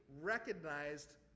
recognized